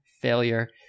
failure